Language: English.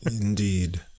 indeed